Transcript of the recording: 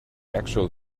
actual